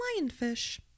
lionfish